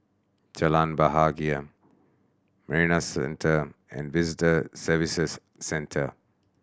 Jalan Bahagia Marina Centre and Visitor Services Centre